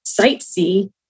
sightsee